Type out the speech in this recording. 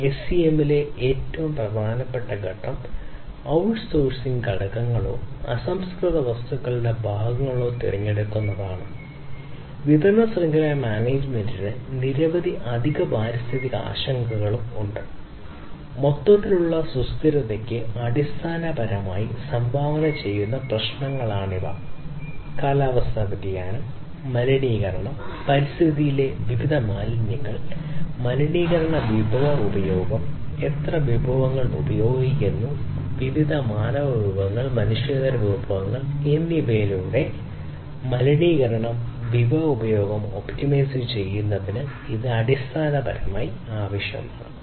എസ്സിഎമ്മിലെ ഏറ്റവും പ്രധാനപ്പെട്ട ഘട്ടം ഔട്ട്ഴ്സിംഗ് ഘടകങ്ങളോ അസംസ്കൃത വസ്തുക്കളുടെ ഭാഗങ്ങളോ ചെയ്യുന്നതിന് ഇത് അടിസ്ഥാനപരമായി ആവശ്യമാണ്